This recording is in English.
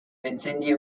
vicinity